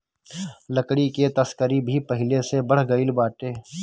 लकड़ी के तस्करी भी पहिले से बढ़ गइल बाटे